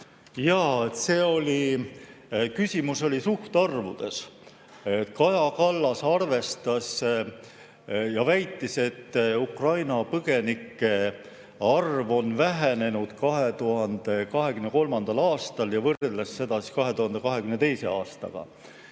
Jaa, küsimus oli suhtarvudes. Kaja Kallas arvestas ja väitis, et Ukraina põgenike arv on vähenenud 2023. aastal. Ta võrdles seda 2022. aastaga.